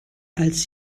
als